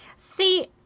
See